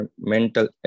mental